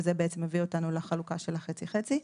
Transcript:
וזה בעצם מביא אותנו לחלוקה של החצי חצי.